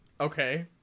Okay